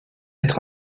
être